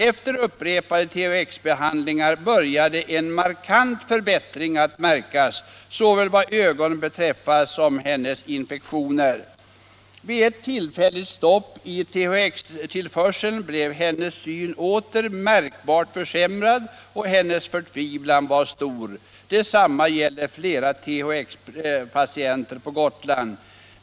Efter upprepade THX-behandlingar började en markant förbättring att märkas, såväl vad ögonen beträffar som hennes infektioner. Vid ett tillfälligt stopp i THX tillförseln blev hennes syn åter märkbart försämrad och hennes förtvivlan var stor. Detsamma gällde flera THX-patienter på Gotland.